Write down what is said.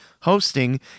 hosting